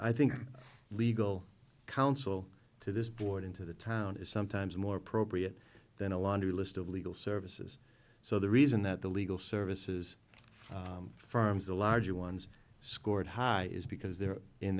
i think legal counsel to this board into the town is sometimes more appropriate than a lottery list of legal services so the reason that the legal services firms the larger ones scored high is because they're in